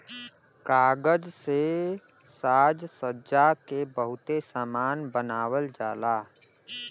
कागज से साजसज्जा के बहुते सामान बनावल जाला